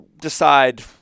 decide